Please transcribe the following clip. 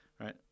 Right